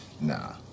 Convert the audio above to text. Nah